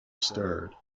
stirred